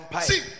See